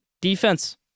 defense